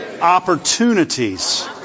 opportunities